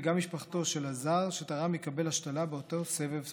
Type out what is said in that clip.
וגם בן משפחתו של הזר שתרם יקבל השתלה באותו סבב התאמות.